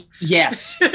yes